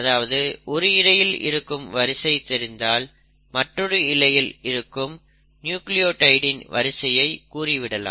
அதாவது ஒரு இழையில் இருக்கும் வரிசை தெரிந்தால் மற்றொரு இழையில் இருக்கும் நியூக்ளியோடைடின் வரிசையை கூறிவிடலாம்